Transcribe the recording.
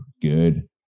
good